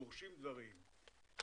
דורשים דברים,